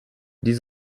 die